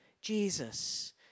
Jesus